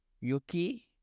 Yuki